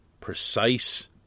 precise